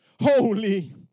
holy